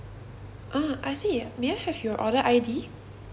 ah I see may I have your order I_D